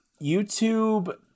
youtube